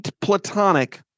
platonic